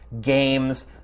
games